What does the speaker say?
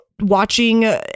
watching